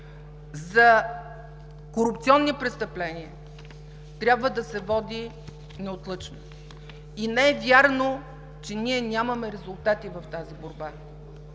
за корупционни престъпления трябва да се води неотлъчно. И не е вярно, че ние нямаме резултати в тази борба,